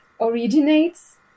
originates